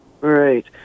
Right